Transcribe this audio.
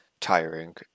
tiring